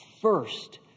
First